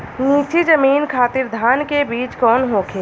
नीची जमीन खातिर धान के बीज कौन होखे?